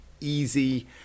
easy